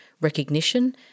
recognition